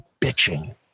bitching